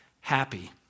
happy